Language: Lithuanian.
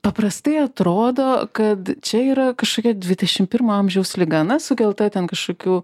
paprastai atrodo kad čia yra kažkokia dvidešimt pirmo amžiaus liga na sukelta ten kažkokių